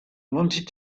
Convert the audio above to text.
wanted